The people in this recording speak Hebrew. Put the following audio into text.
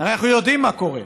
הרי אנחנו יודעים מה קורה.